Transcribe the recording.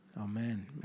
Amen